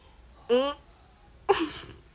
uh